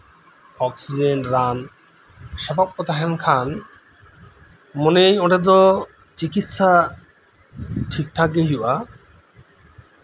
oxygen ᱨᱟᱱ ᱥᱮᱵᱚᱠ ᱠᱚ ᱛᱟᱦᱮᱸᱱ ᱠᱷᱟᱱ ᱢᱚᱱᱮᱭᱟᱹᱧ ᱚᱸᱰᱮ ᱫᱚ ᱪᱤᱠᱤᱥᱥᱟ ᱴᱷᱤᱠᱼᱴᱷᱟᱠ ᱜᱮ ᱦᱩᱭᱩᱜᱼᱟ